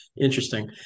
interesting